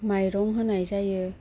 माइरं होनाय जायो